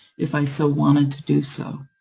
if i so wanted to do so.